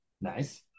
Nice